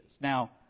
Now